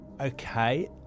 Okay